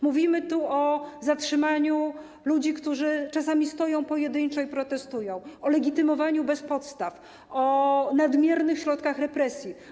Mówimy tu o zatrzymaniu ludzi, którzy czasami stoją pojedynczo i protestują, o legitymowaniu bez podstaw, o nadmiernych środkach represji.